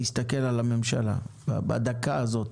נסתכל על הממשלה בדקה הזאת?